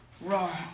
wrong